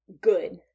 good